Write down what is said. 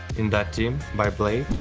in that team by blade,